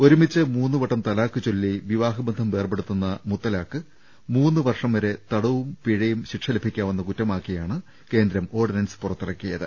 ഒരുമിച്ച് മൂന്നുവട്ടം തലാഖ് ചൊല്ലി വിവാഹബന്ധം വേർപെടുത്തുന്ന മുത്തലാഖ് മൂന്ന് വർഷം വരെ തടവും പിഴയും ശിക്ഷ ലഭിക്കാവുന്ന ക്രുറ്റമാക്കിയാണ് കേന്ദ്രം ഓർഡിനൻസ് പുറത്തിറക്കിയത്